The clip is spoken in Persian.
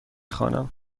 خوانم